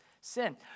sin